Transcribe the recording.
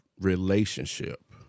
relationship